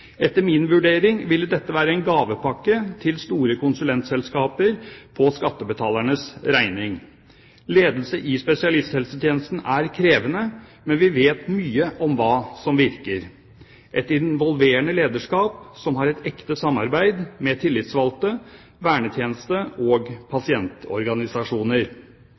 Etter min vurdering ville dette være en gavepakke til store konsulentselskaper for skattebetalernes regning. Ledelse i spesialisthelsetjenesten er krevende, men vi vet mye om hva som virker: et involverende lederskap som har et ekte samarbeid med tillitsvalgte, vernetjeneste og pasientorganisasjoner.